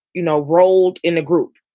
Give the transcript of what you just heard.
you know, rolled in a group.